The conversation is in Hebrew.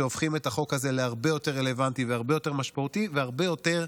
שהופכים את החוק הזה להרבה יותר רלוונטי והרבה יותר משמעותי והרבה יותר,